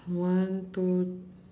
one two